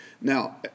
Now